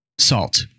salt